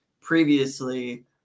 previously